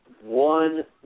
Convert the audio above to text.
one